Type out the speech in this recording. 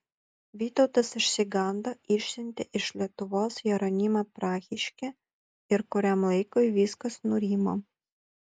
vytautas išsigando išsiuntė iš lietuvos jeronimą prahiškį ir kuriam laikui viskas nurimo